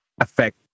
affect